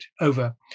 over